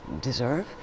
deserve